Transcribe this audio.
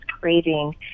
craving